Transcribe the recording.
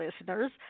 listeners